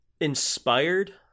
inspired